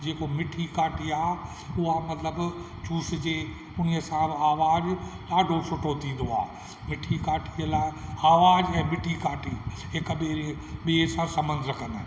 जेको मिठी काठी आहे उहा मतिलबु चूसिजे उन्हीअ सां बि आवाज़ु ॾाढो सुठो थींदो आहे व मिठी काठीअ लाइ आवाज़ु ऐं मिठी काठी हिकु ॿिए सां संॿंध रखंदा आहिनि